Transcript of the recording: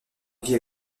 vit